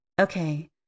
Okay